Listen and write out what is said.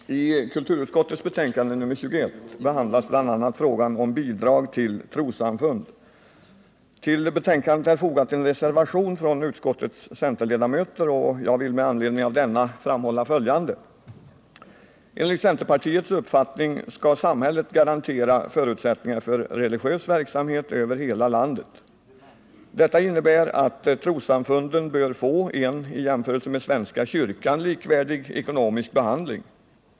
Herr talman! I kulturutskottets betänkande nr 21 behandlas bl.a. frågan om bidrag till trossamfund. Till betänkandet är fogat en reservation från utskottets centerledamöter, och jag vill med anledning av denna framhålla följande. Enligt centerpartiets uppfattning skall samhället garantera förutsättningar för religiös verksamhet över hela landet. Detta innebär att trossamfunden bör få en i jämförelse med svenska kyrkan likvärdig ekonomisk behandling.